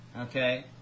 Okay